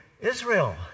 Israel